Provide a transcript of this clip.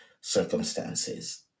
circumstances